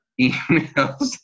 emails